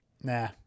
nah